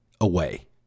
away